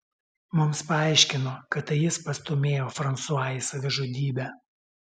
mums paaiškino kad tai jis pastūmėjo fransua į savižudybę